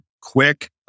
quick